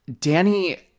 Danny